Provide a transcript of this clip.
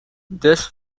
this